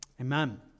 Amen